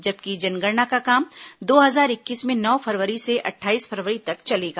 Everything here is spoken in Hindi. जबकि जनगणना का काम दो हजार इक्कीस में नौ फरवरी से अट्ठाईस फरवरी तक चलेगा